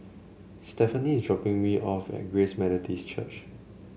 Stefani is dropping me off at Grace Methodist Church